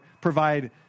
provide